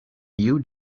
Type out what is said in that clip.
you